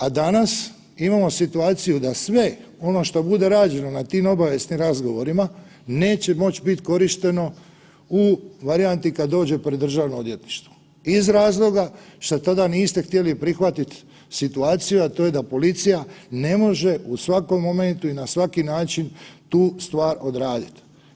A danas imamo situaciju da sve ono što bude rađeno na tim obavijesnim razgovorima neće moći biti korišteno u varijanti kada dođe pred DORH iz razloga šta tada niste htjeli prihvatiti situaciju, a to je da policija ne može u svakom momentu i na svaki način tu stvar odraditi.